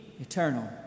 eternal